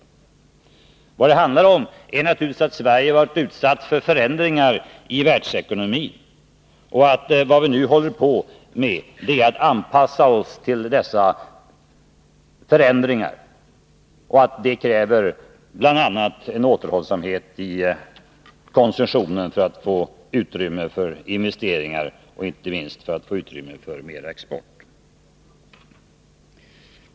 Vad det handlar om är naturligtvis att Sverige har varit utsatt för förändringar i världsekonomin, att vi nu håller på att anpassa oss till dessa förändringar och att detta bl.a. kräver en återhållsamhet i konsumtionen för att vi skall kunna få utrymme för investeringar och inte minst för en ökad export.